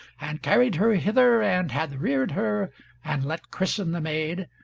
and carried her hither, and hath reared her and let christen the maid,